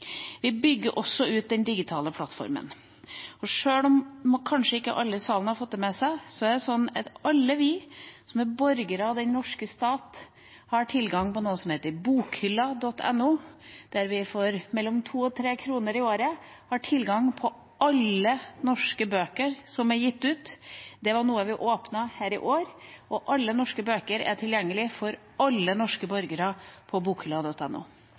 Vi bygger også ut den digitale plattformen. Og sjøl om kanskje ikke alle i salen har fått det med seg, er det sånn at alle vi som er borgere av den norske stat, har tilgang til noe som heter bokhylla.no, der vi har tilgang på alle norske bøker som er gitt ut før år 2001. Det var noe vi ferdigstilte i år, og alle norske bøker er tilgjengelig for alle norske borgere på